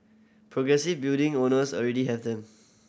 progressive building owners already have them